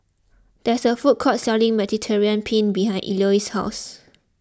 there is a food court selling Mediterranean Penne behind Eloise's house